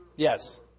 Yes